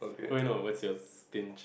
wait no what's your stinge